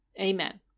Amen